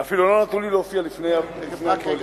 ואפילו לא נתנו לי להופיע לפני, לפני שאתה מתחיל.